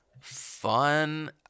fun